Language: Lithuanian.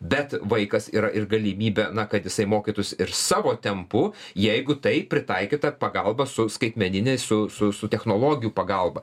bet vaikas yra ir galimybė na kad jisai mokytųsi ir savo tempu jeigu tai pritaikyta pagalba su skaitmeniniais su su su technologijų pagalba